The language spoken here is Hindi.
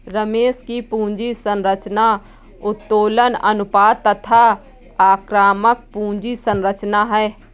रमेश की पूंजी संरचना उत्तोलन अनुपात तथा आक्रामक पूंजी संरचना है